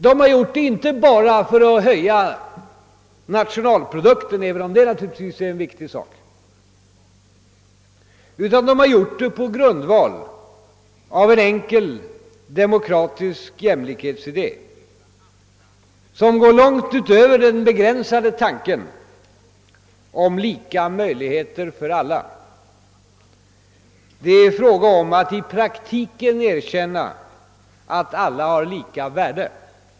De har gjort det inte bara för att höja nationalprodukten, även om det Naturligtvis är en viktig sak, utan de har gjort det på grundval av en enkel demokratisk jämlikhetsidé som går långt ut Över den begränsade tanken om lika Möjligheter för alla. Det är fråga om att 1 praktiken erkänna att alla har lika värde.